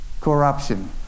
corruption